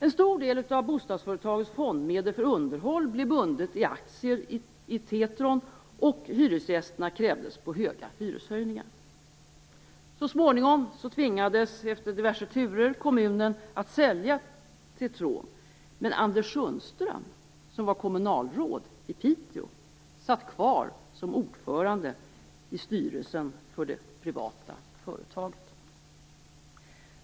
En stor del av bostadsföretagets fondmedel för underhåll blev bunden i aktier i Tetron, och hyresgästerna krävdes på höga hyreshöjningar. Efter diverse turer tvingades kommunen att sälja Tetron, men Anders Sundström, som var kommunalråd i Piteå, satt kvar som ordförande i styrelsen för det privata företaget.